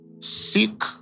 seek